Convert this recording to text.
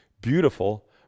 beautiful